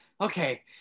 okay